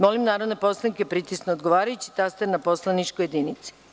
Molim narodne poslanike da pritisnu odgovarajući taster na poslaničkoj jedinici.